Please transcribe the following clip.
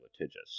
litigious